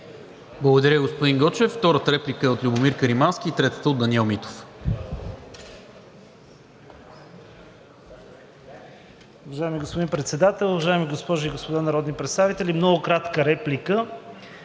Благодаря, господин Гочев. Втората реплика е от Любомир Каримански и третата – от Даниел Митов.